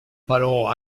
però